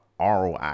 ROI